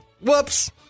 whoops